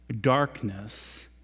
darkness